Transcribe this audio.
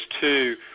two